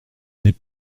n’est